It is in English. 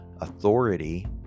authority